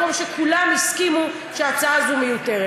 מהמקום שכולם הסכימו שההצעה הזאת מיותרת.